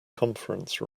conference